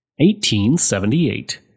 1878